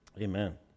Amen